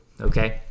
okay